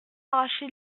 arracher